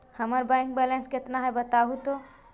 हमर bank balance केतना है बताहु तो?